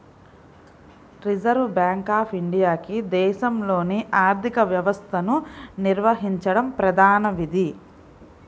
reserve bank of ఇండియాకి దేశంలోని ఆర్థిక వ్యవస్థను నిర్వహించడం ప్రధాన విధి